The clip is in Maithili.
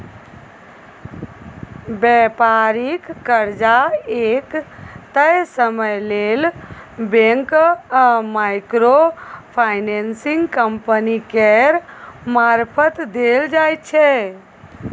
बेपारिक कर्जा एक तय समय लेल बैंक आ माइक्रो फाइनेंसिंग कंपनी केर मारफत देल जाइ छै